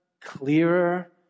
clearer